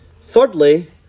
Thirdly